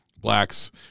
blacks